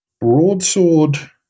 Broadsword